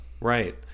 Right